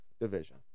division